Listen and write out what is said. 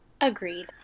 Agreed